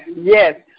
Yes